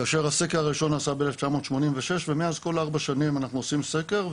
כאשר הסקר הראשון נעשה ב-1986 ומאז בכל ארבע שנים אנחנו עושים סקר,